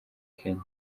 kenya